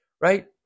right